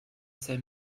set